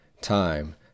time